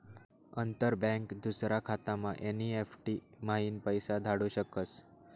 अंतर बँक दूसरा खातामा एन.ई.एफ.टी म्हाईन पैसा धाडू शकस